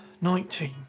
Nineteen